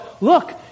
look